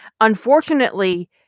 Unfortunately